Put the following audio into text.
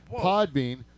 Podbean